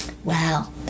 Wow